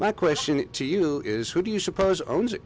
my question to you is who do you suppose owns it